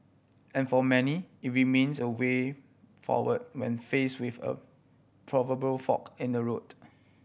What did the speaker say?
and for many it remains a way forward when face with a proverbial fork in the road